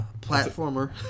platformer